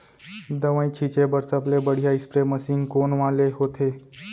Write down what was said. दवई छिंचे बर सबले बढ़िया स्प्रे मशीन कोन वाले होथे?